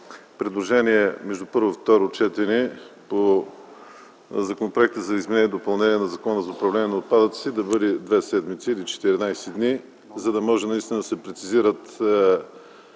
предложения между първо и второ четене по Законопроекта за изменение и допълнение на Закона за управление на отпадъците да бъде две седмици или 14 дни. Така ще могат да се прецизират